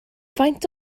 faint